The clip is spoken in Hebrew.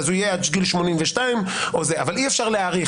אז הוא יהיה עד גיל 82. אבל אי-אפשר להאריך.